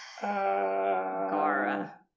Gara